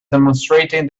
demonstrating